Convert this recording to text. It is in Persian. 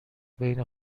بین